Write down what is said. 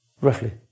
Roughly